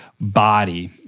body